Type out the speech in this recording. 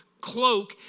cloak